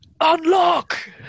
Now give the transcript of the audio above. unlock